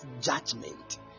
judgment